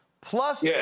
plus